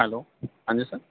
hello ہاں جی سر